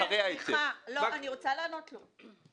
אני רוצה לענות לו.